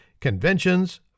Conventions